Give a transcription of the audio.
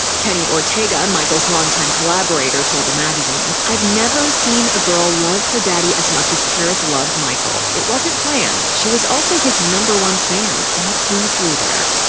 kenny ortega, michael's longtime collaborator, told the magazine i've never seen a girl love her daddy as much as paris loved michael. it wasn't planned. she was also his no. one fan. and it came through there.